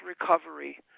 recovery